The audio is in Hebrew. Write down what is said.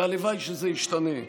והלוואי שזה ישתנה,